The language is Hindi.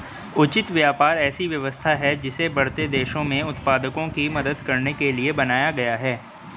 उचित व्यापार ऐसी व्यवस्था है जिसे बढ़ते देशों में उत्पादकों की मदद करने के लिए बनाया गया है